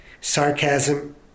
Sarcasm